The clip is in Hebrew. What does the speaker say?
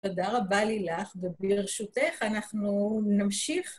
תודה רבה לילך, וברשותך, אנחנו נמשיך.